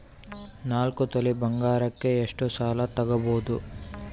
ನಾಲ್ಕು ತೊಲಿ ಬಂಗಾರಕ್ಕೆ ಎಷ್ಟು ಸಾಲ ತಗಬೋದು?